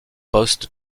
post